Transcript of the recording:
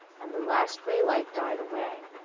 and the last gray light died away.